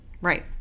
Right